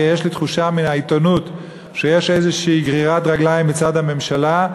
ויש לי תחושה מן העיתונות שיש איזו גרירת רגליים מצד הממשלה.